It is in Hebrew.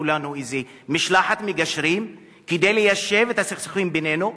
לנו איזה משלחת מגשרים כדי ליישב את הסכסוכים בינינו?